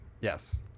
Yes